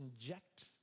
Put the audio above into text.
inject